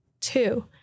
Two